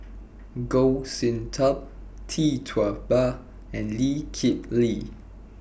Goh Sin Tub Tee Tua Ba and Lee Kip Lee